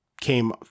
came